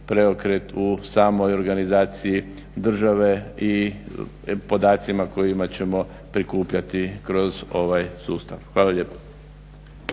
preokret u samoj organizaciji države i podacima kojima ćemo prikupljati kroz ovaj sustav. Hvala lijepo.